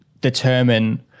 determine